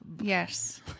Yes